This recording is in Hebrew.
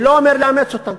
אני לא אומר לאמץ אותם,